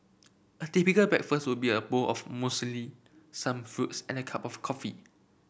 a typical breakfast would be a bowl of muesli some fruits and a cup of coffee